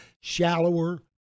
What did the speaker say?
shallower